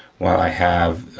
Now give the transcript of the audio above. while i have